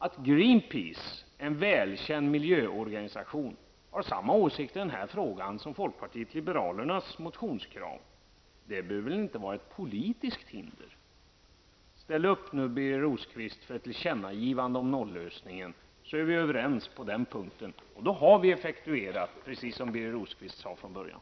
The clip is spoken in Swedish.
Att Greenpeace, en välkänd miljöorganisation, har samma åsikt i den här frågan som folkpartiet liberalerna har redovisat i sitt motionskrav, behöver väl inte vara ett politiskt hinder. Ställ upp nu, Birger Rosqvist, för ett tillkännagivande om nollösningen, så är vi överens på den punkten! Då har vi effektuerat, precis som Birger Rosqvist sade från början.